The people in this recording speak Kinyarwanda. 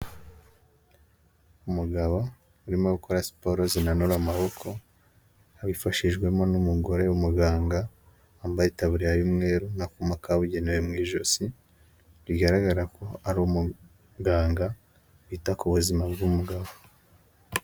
Umugabo urimo gukora siporo zinanura amaboko, abifashijwemo n'umugore wumuganga w'ambaye itaburiya y'umweru n'akuma kabugenewe mu ijosi, bigaragara ko ari umuganga wita ku buzima bw'umugabo.